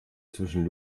zwischen